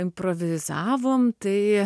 improvizavom tai